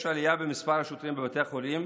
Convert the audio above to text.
יש עלייה במספר השוטרים בבתי החולים,